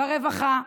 ברווחה,